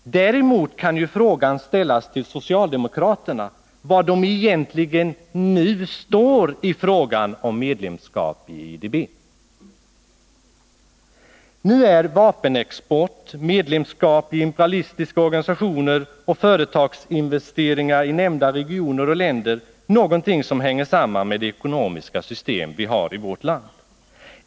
Däremot kan frågan ställas till socialdemokraterna, var de egentligen står när det gäller medlemskapet i IDB. Vapenexport, medlemskap i imperialistiska organisationer och företagsinvesteringar i nämnda regioner och länder är någonting som hänger samman med det ekonomiska system vi har i vårt land.